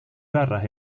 garras